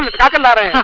ah taken that ah